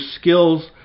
skills